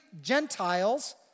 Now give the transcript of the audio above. Gentiles